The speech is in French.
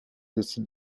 décide